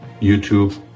YouTube